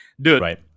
Dude